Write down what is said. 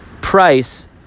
Price